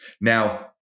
Now